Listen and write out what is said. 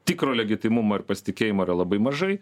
tikro legitimumo ir pasitikėjimo yra labai mažai